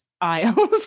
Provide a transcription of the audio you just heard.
aisles